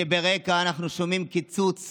ברקע אנחנו שומעים על קיצוץ